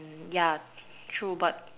yeah true but